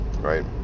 right